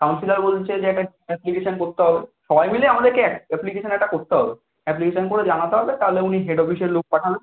councillor বলছে যে একটা অ্যাপ্লিকেশন করতে হবে সবাই মিলেই আমাদেরকে একসাথে একটা অ্যাপ্লিকেশন করতে হবে অ্যাপ্লিকেশন করে জানাতে হবে তাহলে উনি হেড অফিসের লোক পাঠাবেন